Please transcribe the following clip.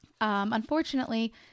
unfortunately